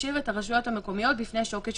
משאיר את הרשויות המקומיות בפני שוקת שבורה.